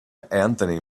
anthony